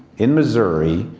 in missouri,